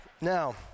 Now